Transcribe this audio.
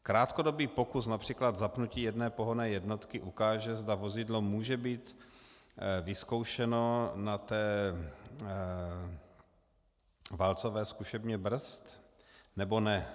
Krátkodobý pokus, například zapnutí jedné pohonné jednotky, ukáže, zda vozidlo může být vyzkoušeno na válcové zkušebně brzd, nebo ne.